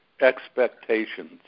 expectations